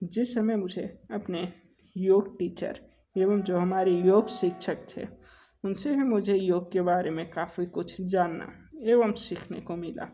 जिस समय मुझे अपने योग टीचर एवं जो हमारे योग शिक्षक थे उनसे भी मुझे योग के बारे में काफ़ी कुछ जाना एवं सीखने को मिला